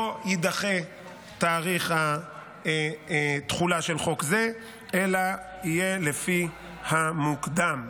לא יידחה תאריך התחילה של חוק זה אלא יהיה לפי המוקדם,